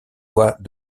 lois